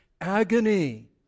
agony